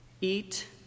Eat